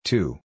Two